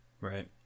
Right